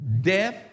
Death